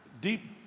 deep